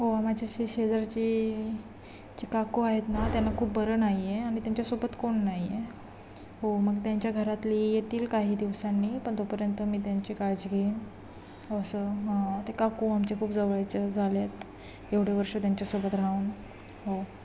हो माझ्याशी शेजारची जी काकू आहेत ना त्यांना खूप बरं नाही आहे आणि त्यांच्यासोबत कोण नाही हो मग त्यांच्या घरातली येतील काही दिवसांनी पण तोपर्यंत मी त्यांची काळजी घेईन असं हं ते काकू आमचे खूप जवळच्या झाल्या आहेत एवढे वर्ष त्यांच्यासोबत राहून हो